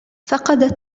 فقدت